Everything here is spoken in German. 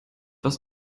was